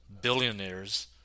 billionaires